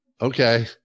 okay